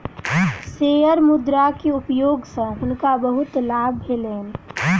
share मुद्रा के उपयोग सॅ हुनका बहुत लाभ भेलैन